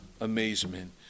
amazement